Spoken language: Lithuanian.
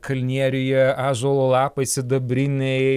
kalnieriuje ąžuolo lapai sidabriniai